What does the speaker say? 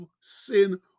sin